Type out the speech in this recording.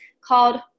called